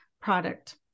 product